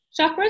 chakras